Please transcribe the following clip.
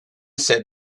set